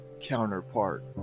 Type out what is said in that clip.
counterpart